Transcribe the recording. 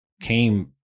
came